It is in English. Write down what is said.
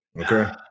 Okay